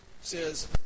says